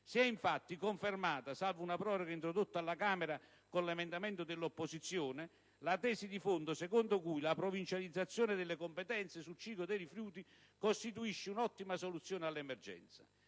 Si è infatti confermata, salva una proroga introdotta alla Camera con emendamento dell'opposizione, la tesi di fondo secondo cui la provincializzazione delle competenze sul ciclo dei rifiuti costituisce un'ottima soluzione all'emergenza.